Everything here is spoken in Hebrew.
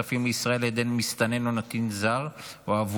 הוצאה של כספים מישראל על ידי מסתנן או נתין זר או עבורו,